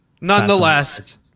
nonetheless